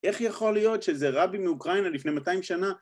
איך יכול להיות שזה רבי מאוקראינה לפני 200 שנה?